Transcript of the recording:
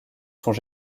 sont